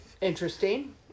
Interesting